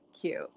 cute